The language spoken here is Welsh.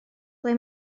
ble